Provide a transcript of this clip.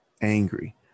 angry